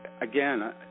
again